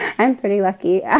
i'm pretty lucky yeah